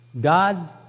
God